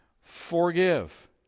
forgive